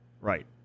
Right